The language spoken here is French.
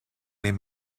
les